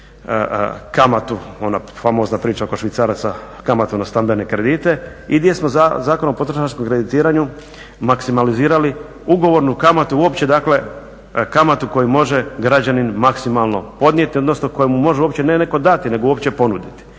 kamatu, ona famozna priča oko švicaraca, kamatu na stambene kredite i gdje smo Zakonom o potrošačkom kreditiranju maksimalizirali ugovornu kamatu uopće dakle kamatu koju može građanin maksimalno podnijeti odnosno koju mu može uopće ne netko dati nego uopće ponuditi.